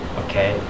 okay